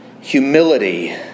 Humility